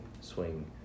swing